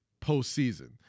postseason